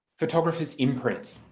photographers' imprints.